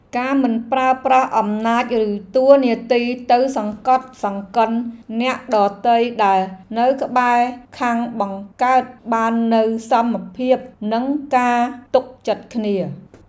ការមិនប្រើប្រាស់អំណាចឬតួនាទីទៅសង្កត់សង្កិនអ្នកដទៃដែលនៅក្បែរខាងបង្កើតបាននូវសមភាពនិងការទុកចិត្តគ្នា។